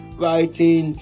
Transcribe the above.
writing